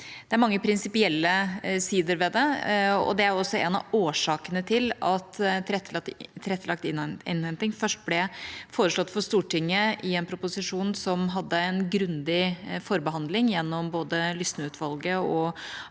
Det er mange prinsipielle sider ved det, og det er også en av årsakene til at tilrettelagt innhenting først ble foreslått for Stortinget i en proposisjon som hadde en grundig forbehandling gjennom både Lysneutvalget og